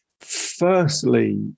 Firstly